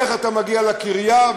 ואיך אתה מגיע לקריה?